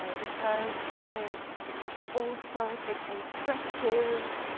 ah because it also takes in stretches,